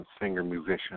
singer-musician